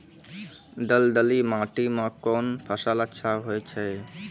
दलदली माटी म कोन फसल अच्छा होय छै?